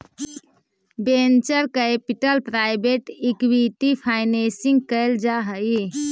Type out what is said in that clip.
venture capital private equity financing कैल जा हई